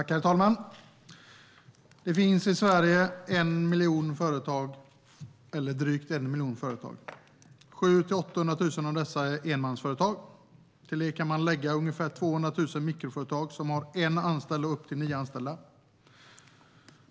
Herr talman! Det finns i Sverige drygt en miljon företag. 700 000-800 000 av dem är enmansföretag. Till det kan man lägga ungefär 200 000 mikroföretag som har från en anställd upp till nio anställda.